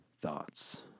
thoughts